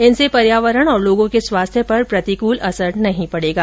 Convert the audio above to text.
इनसे पर्यावरण और लोगों के स्वास्थ्य पर प्रतिकूल असर नहीं पड़ेगा